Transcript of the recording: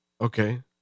Okay